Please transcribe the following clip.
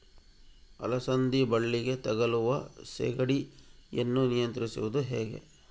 ಅಲಸಂದಿ ಬಳ್ಳಿಗೆ ತಗುಲುವ ಸೇಗಡಿ ಯನ್ನು ನಿಯಂತ್ರಿಸುವುದು ಹೇಗೆ?